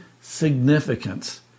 significance